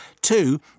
Two